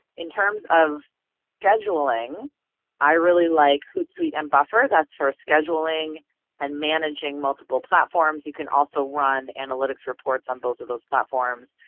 in terms of scheduling i really like hootsuite and buffer that's for scheduling and managing multiple platforms. you can also run analytics reports on both of those platforms.